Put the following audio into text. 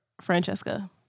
Francesca